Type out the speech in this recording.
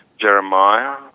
Jeremiah